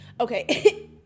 okay